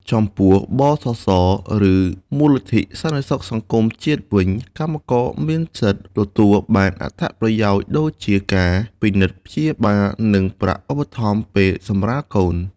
ចំពោះ ប.ស.ស. ឬ មូលនិធិសន្តិសុខសង្គមជាតិ វិញ កម្មករមានសិទ្ធិទទួលបានអត្ថប្រយោជន៍ដូចជាការពិនិត្យព្យាបាល និងប្រាក់ឧបត្ថម្ភពេលសម្រាលកូន។